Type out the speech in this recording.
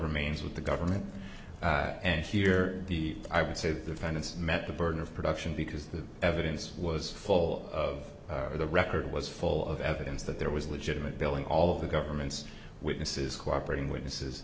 remains with the government and here i would say that the penance met the burden of production because the evidence was full of the record was full of evidence that there was legitimate billing all of the government's witnesses cooperating witnesses